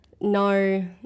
No